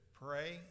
pray